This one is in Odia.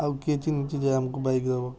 ଆଉ କିଏ ଚିହ୍ନିଛି ଯେ ଆମକୁ ବାଇକ୍ ଦବ